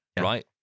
right